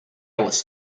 was